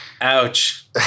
Ouch